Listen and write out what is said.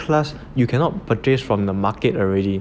A_J one high class you cannot purchase from the market already